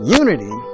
unity